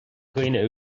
dhaoine